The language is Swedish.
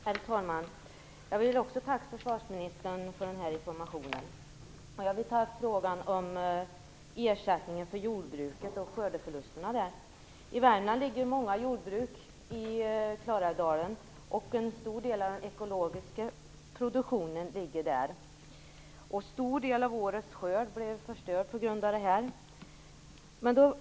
Herr talman! Jag vill också tacka försvarsministern för den här informationen. Jag vill ta upp frågorna om ersättningen till jordbruket och om skördeförlusterna. I Värmland ligger många jordbruk i Klarälvsdalen. En stor del av den ekologiska produktionen ligger där. En stor del av årets skörd blev förstörd.